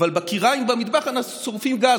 אבל בכיריים במטבח אנחנו שורפים גז.